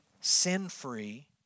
sin-free